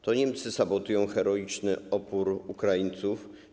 To Niemcy sabotują heroiczny opór Ukraińców.